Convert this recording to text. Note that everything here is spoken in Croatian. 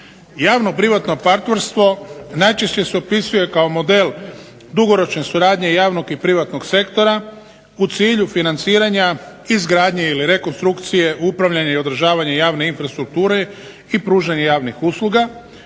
Javno-privatno partnerstvo najčešće se opisuje kao model dugoročne suradnje javnog i privatnog sektora u cilju financiranja izgradnje ili rekonstrukcije upravljanja i održavanja javne infrastrukture i pružanja javnih usluga.